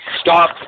stop